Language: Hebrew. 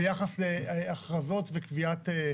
ביחס להכרזות וקביעת זה.